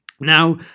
Now